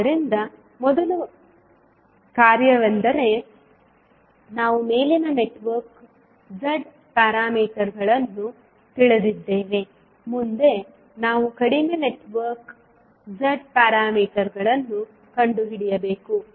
ಆದ್ದರಿಂದ ಮೊದಲು ಕಾರ್ಯವೆಂದರೆ ನಾವು ಮೇಲಿನ ನೆಟ್ವರ್ಕ್ನ Z ನಿಯತಾಂಕಗಳನ್ನು ತಿಳಿದಿದ್ದೇವೆ ಮುಂದೆ ನಾವು ಕಡಿಮೆ ನೆಟ್ವರ್ಕ್ನ Z ನಿಯತಾಂಕಗಳನ್ನು ಕಂಡುಹಿಡಿಯಬೇಕು